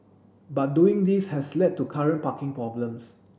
but doing this has led to current parking problems